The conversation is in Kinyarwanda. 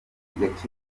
bigakemuka